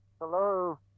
Hello